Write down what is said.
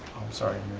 i'm sorry,